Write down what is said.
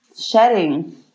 shedding